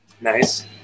Nice